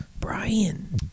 Brian